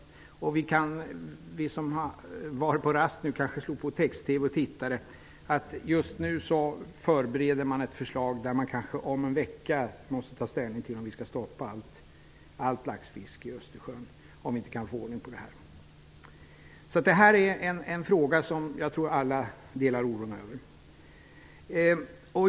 Vi som nu har haft middagsrast kanske slog på text-TV och tittade. Just nu förbereder man ett förslag där man kanske om en vecka måste ta ställning till att vi skall stoppa allt laxfiske i Östersjön om vi inte kan få ordning på detta. Detta är en fråga som jag tror alla delar oron över.